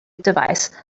device